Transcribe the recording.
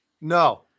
No